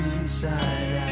inside